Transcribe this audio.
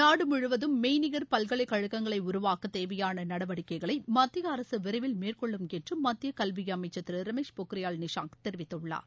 நாடு முழுவதும் மெய்நிகர் பல்கலைக்கழகங்களை உருவாக்க தேவையான நடவடிக்கைகளை மத்திய விரைவில் மேற்கொள்ளும் என்று மத்திய கல்வியமைச்சர் திரு ரமேஷ் பொக்ரியால் நிஷாங் அரசு தெரிவித்துள்ளார்